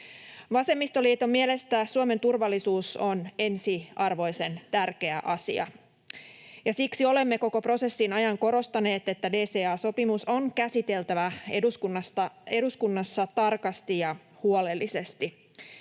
Vasemmistoliiton mielestä Suomen turvallisuus on ensiarvoisen tärkeä asia, ja siksi olemme koko prosessin ajan korostaneet, että DCA-sopimus on käsiteltävä eduskunnassa tarkasti ja huolellisesti.